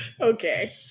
Okay